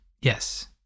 Yes